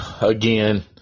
Again